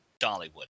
Dollywood